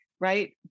right